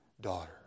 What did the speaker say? daughter